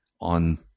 On